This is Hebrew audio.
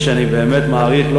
איש שאני באמת מעריך,